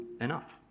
enough